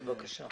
בבקשה.